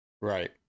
Right